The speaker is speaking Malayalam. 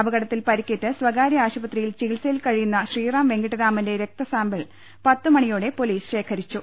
അപകടത്തിൽ പരിക്കേറ്റ് സ്വകാര്യ ആശുപത്രിയിൽ ചികിത്സയിൽ കഴിയുന്ന ശ്രീറാം വെങ്കി ട്ടരാമന്റെ രക്തസാമ്പിൾ പത്തുമണിയോടെ പൊലീസ് ശേഖരിച്ചു